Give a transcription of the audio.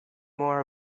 more